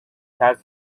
ters